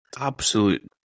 absolute